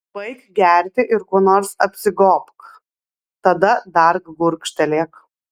baik gerti ir kuo nors apsigobk tada dar gurkštelėk